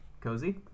Cozy